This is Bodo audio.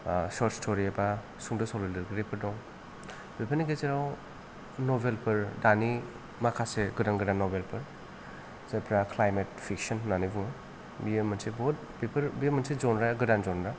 सर्ट स्थ'रि एबा सुंद' सल' लिरगिरिफोर दं बेफोरनि गेजेराव नबेलफोर दानि माखासे गोदान गोदान नबेलफोर जायफ्रा क्लायमेट फिक्सन होननानै बुङो बियो मोनसे बहुत बेफोर बे मोनसे जनरा आ गोदान जनरा